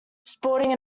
sporting